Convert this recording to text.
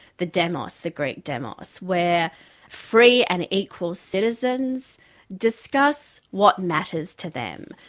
the demos, the greek demos, where free and equal citizens discuss what matters to them.